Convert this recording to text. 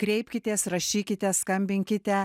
kreipkitės rašykite skambinkite